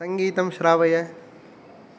संगीतं श्रावय